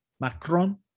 macron